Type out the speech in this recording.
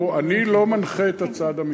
אני לא מנחה את הצד המקצועי,